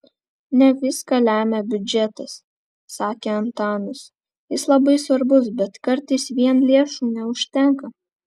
ne viską lemia biudžetas sakė antanas jis labai svarbus bet kartais vien lėšų neužtenka